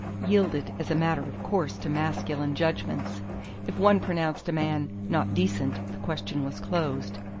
yielded as a matter of course to masculine judgments if one pronounced a man not decent the question was closed.